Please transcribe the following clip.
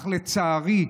לצערי,